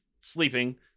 sleeping